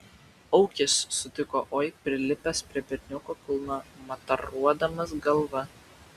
aukis sutiko oi prilipęs prie berniuko kulno mataruodamas galva